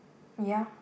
ya